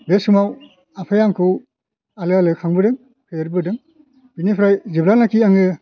बे समाव आफाया आंखौ आलो आलो खांबोदों फेदेरबोदों बेनिफ्राय जेब्लानाखि आङो